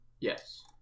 Yes